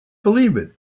believe